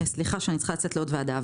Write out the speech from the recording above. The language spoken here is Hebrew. וסליחה שאני צריכה לצאת לעוד ועדה.